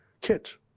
Kids